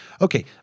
Okay